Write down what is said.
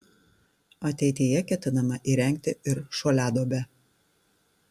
ateityje ketinama įrengti ir šuoliaduobę